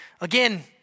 Again